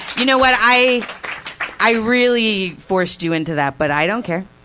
you know what, i i really forced you into that, but i don't care.